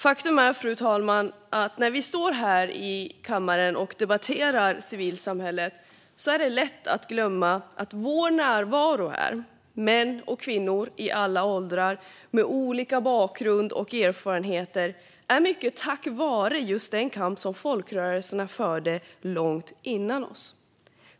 Faktum är, fru talman, att när vi står här i kammaren och debatterar civilsamhället är det lätt att glömma att vår närvaro här, män och kvinnor i alla åldrar med olika bakgrund och erfarenheter, är möjlig mycket tack vare just den kamp som folkrörelserna förde långt före oss.